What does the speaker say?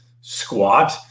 squat